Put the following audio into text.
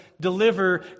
deliver